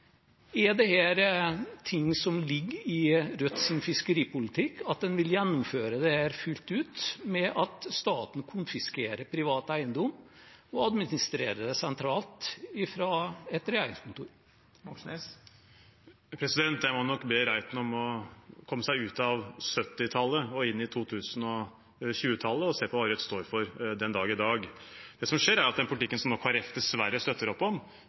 Er dette ting som ligger i Rødts fiskeripolitikk, at en vil gjennomføre dette fullt ut, at staten konfiskerer privat eiendom og administrerer det sentralt fra et regjeringskontor? Jeg må nok be Reiten om å komme seg ut av 1970-tallet og inn i 2020-tallet og se på hva Rødt står for den dag i dag. Det som skjer, er at den politikken som Kristelig Folkeparti nå dessverre støtter opp om,